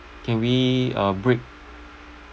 can we uh break